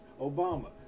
Obama